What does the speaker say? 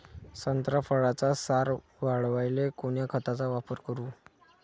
संत्रा फळाचा सार वाढवायले कोन्या खताचा वापर करू?